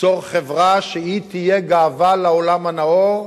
ליצור חברה שתהיה גאווה לעולם הנאור,